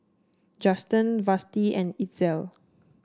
Juston Vashti and Itzel